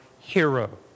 hero